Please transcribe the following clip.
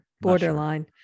Borderline